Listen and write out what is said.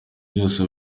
byose